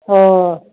अ